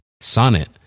Sonnet